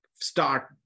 start